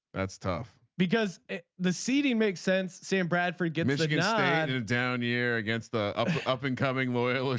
that's tough because the seeding makes sense. sam bradford give me like and ah and and a down year against the up and coming lawyer.